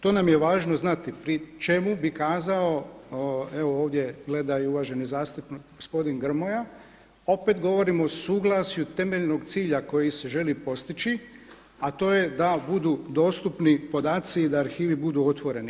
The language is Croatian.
To nam je važno znati pri čemu bi kazao evo ovdje gleda i uvaženi gospodin Grmoja, opet govorimo o suglasju temeljnog cilja koji se želi postići, a to je da budu dostupni podaci i da arhivi budu otvoreni.